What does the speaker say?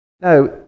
Now